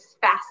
fast